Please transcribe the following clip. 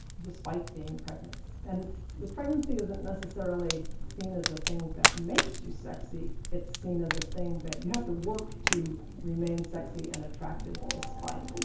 despite being pregnant. and the pregnancy isn't necessarily seen as a thing that makes you sexy, it's seen as a thing that you have to work to remain sexy and attractive despite.